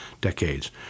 decades